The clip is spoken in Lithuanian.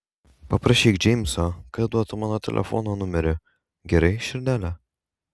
paprašyk džeimso kad duotų mano telefono numerį gerai širdele